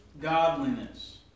godliness